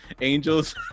angels